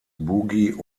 boogie